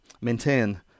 maintain